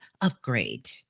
upgrade